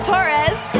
Torres